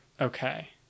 Okay